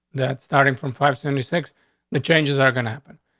that's starting from five seventy six the changes are gonna happen.